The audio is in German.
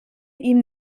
ihm